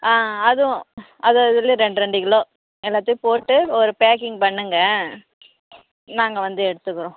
ஆ அதுவும் அது அதுலையும் ரெண்டு ரெண்டு கிலோ எல்லாத்தையும் போட்டு ஒரு பேக்கிங் பண்ணுங்கள் நாங்கள் வந்து எடுத்துக்குறோம்